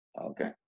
Okay